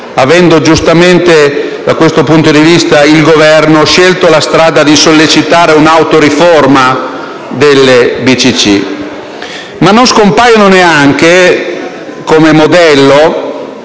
Governo, giustamente, da questo punto di vista, scelto la strada di sollecitare un'autoriforma delle BCC. Non scompaiono però neanche, come modello,